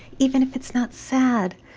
even if it's not sad!